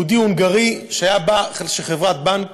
יהודי הונגרי שהיה בעל חברת בנק,